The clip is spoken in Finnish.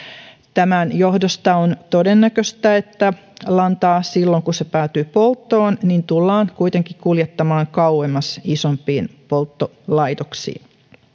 tämän johdosta on todennäköistä että lantaa silloin kun se päätyy polttoon tullaan kuitenkin kuljettamaan kauemmas isompiin polttolaitoksiin